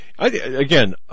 Again